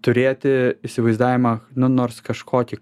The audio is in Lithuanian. turėti įsivaizdavimą nu nors kažkokį